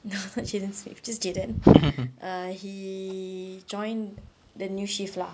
no not jaden smith just jaden err he joined the new shift lah